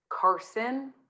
Carson